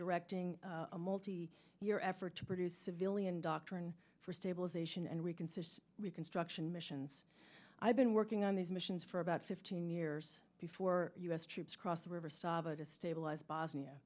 directing a multi year effort to produce civilian doctrine for stabilization and reconsider reconstruction missions i've been working on these missions for about fifteen years before u s troops cross the river sava to stabilize bosnia